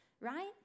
right